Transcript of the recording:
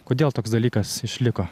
kodėl toks dalykas išliko